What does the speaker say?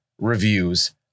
reviews